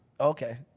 Okay